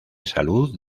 salud